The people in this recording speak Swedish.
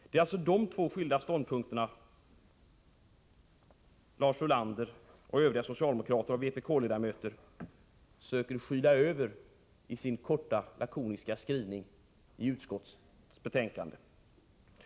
Det är alltså de två skilda ståndpunkterna Lars Ulander och övriga socialdemokrater tillsammans med vpk-ledamöterna söker skyla över i sin korta lakoniska skrivning i utskottets betänkande.